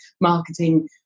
marketing